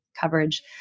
coverage